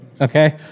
Okay